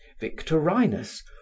victorinus